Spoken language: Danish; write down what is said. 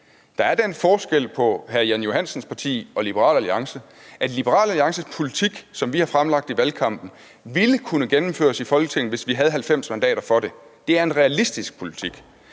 Der er den forskel på hr. Jan Johansens parti og Liberal Alliance, at Liberal Alliances politik, som vi har fremlagt i valgkampen, ville kunne gennemføres i Folketinget, hvis vi havde 90 mandater, der var for det. Det er en realistisk politik.